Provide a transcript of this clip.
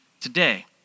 today